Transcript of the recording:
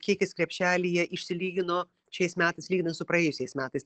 kiekis krepšelyje išsilygino šiais metais lyginant su praėjusiais metais